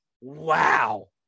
Wow